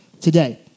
today